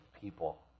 people